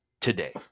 today